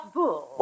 bull